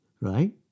right